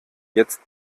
jetzt